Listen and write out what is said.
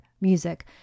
music